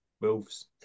Wolves